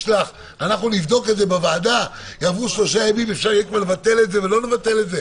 כדי שהוועדה תקיים דיונים שוטפים ותדע בכל רגע בדיוק מה מצב הדברים.